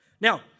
Now